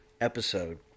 episode